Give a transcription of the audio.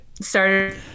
started